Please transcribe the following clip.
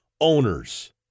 Owners